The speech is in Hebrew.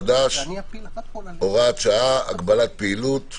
נגיף הקורונה החדש (הוראת שעה) (הגבלת פעילות)(תיקון).